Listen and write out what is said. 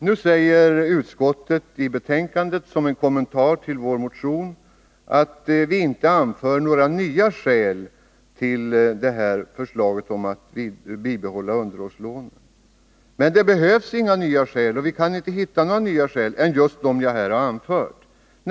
Nu säger utskottet i betänkandet som en kommentar till vår motion att vi inte anför några nya skäl för förslaget om att bibehålla underhållslånen. Men det behövs inte några andra skäl än just dem som jag här har anfört.